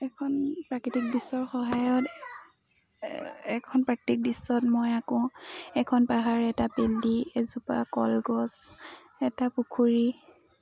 এখন প্ৰাকৃতিক দৃশ্যৰ সহায়ত এখন প্ৰাকৃক দৃশ্যত মই আকো এখন পাহাৰ এটা পডি এজোপা কলগছ এটা পুখুৰী